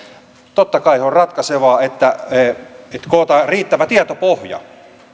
totta kai on ratkaisevaa että kootaan riittävä tietopohja